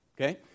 Okay